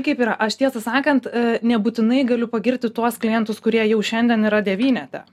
kaip yra aš tiesą sakant nebūtinai galiu pagirti tuos klientus kurie jau šiandien yra devynete